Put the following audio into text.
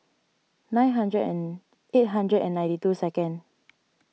nine hundred and eight hundred and ninety two second